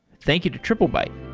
thank you to triplebyte